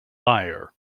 liar